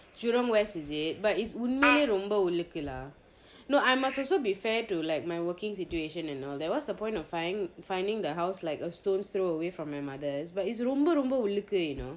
jurong west is it but it's உண்மையில ரொம்ப ஒல்லிகுலா:unmayila romba ollikula no I must also be fair to like my working situation and all then what's the point of fining finding the house like a stone's throw away from your mother's but it's ரொம்ப ரொம்ப ஒல்லிக்கு:romba romba olliku you know